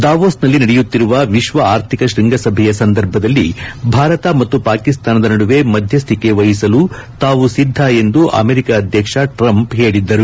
ದಾವೋಸ್ನಲ್ಲಿ ನಡೆಯುತ್ತಿರುವ ವಿಶ್ವ ಆರ್ಥಿಕ ಶ್ವಂಗಸಭೆಯ ಸಂದರ್ಭದಲ್ಲಿ ಭಾರತ ಮತ್ತು ಪಾಕಿಸ್ತಾನದ ನಡುವೆ ಮಧ್ಯುಕೆ ವಹಿಸಲು ತಾವು ಸಿದ್ದ ಎಂದು ಅಮೆರಿಕಾ ಅಧ್ಯಕ್ಷ ಟ್ರಂಪ್ ಹೇಳಿದ್ದರು